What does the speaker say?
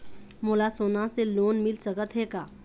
मोला सोना से लोन मिल सकत हे का?